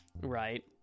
right